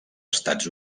estats